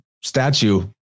statue